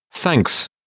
Thanks